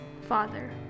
Father